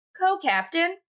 co-captain